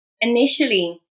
initially